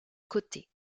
côté